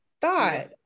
thought